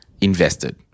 Invested